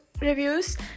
reviews